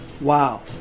Wow